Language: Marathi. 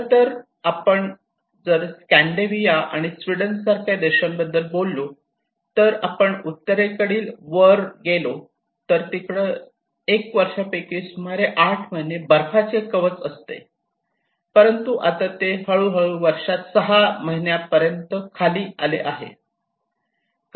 खरं तर आपण जर स्कॅन्डिनेव्हिया आणि स्वीडन सारख्या देशाबद्दल बोललो तर आपण उत्तरेकडील वर गेलो तर तिकडे एक वर्षा पैकी सुमारे 8 महिने बर्फाचे कवच असते परंतु आता ते हळूहळू वर्षात 6 महिने आले आहे